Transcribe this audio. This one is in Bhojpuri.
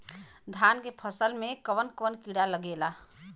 धान के फसल मे कवन कवन कीड़ा लागेला?